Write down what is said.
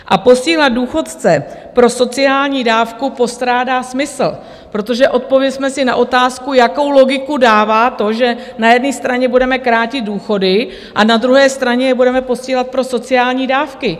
A posílat důchodce pro sociální dávku postrádá smysl, protože odpovězme si na otázku, jakou logiku dává to, že na jedné straně budeme krátit důchody a na druhé straně je budeme posílat pro sociální dávky?